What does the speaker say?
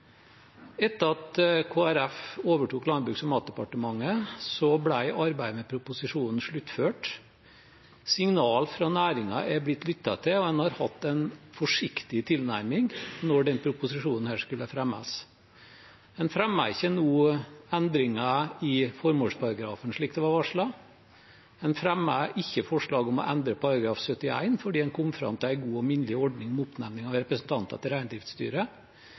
Etter at Kristelig Folkeparti overtok Landbruks- og matdepartementet, ble arbeidet med proposisjonen sluttført. Signal fra næringen er blitt lyttet til, og en har hatt en forsiktig tilnærming når denne proposisjonen skulle fremmes. En fremmer ikke nå endringer i formålsparagrafen, slik det var varslet, en fremmer ikke forslag om å endre § 71, fordi en kom fram til en god minnelig ordning med oppnevning av representanter til